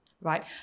right